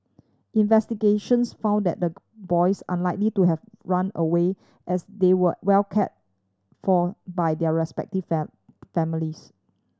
investigations found that the boys unlikely to have run away as they were well care for by their respective fame families